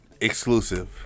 Exclusive